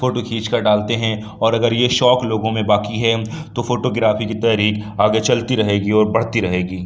photo کھینچ کر ڈالتے ہیں اور اگر یہ شوق لوگوں میں باقی ہے تو فوٹو گرافی کی تحریک آگے چلتی رہے گی اور بڑھتی رہے گی